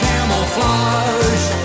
Camouflage